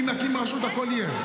אם נקים רשות, הכול יהיה.